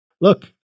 look